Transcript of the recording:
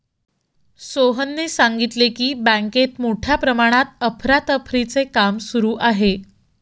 सोहनने सांगितले की, बँकेत मोठ्या प्रमाणात अफरातफरीचे काम सुरू आहे